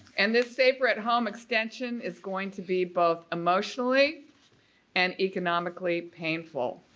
and this safer at home extension is going to be both emotionally and economically painful.